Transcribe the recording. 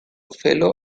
fellow